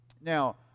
Now